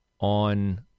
on